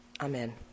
Amen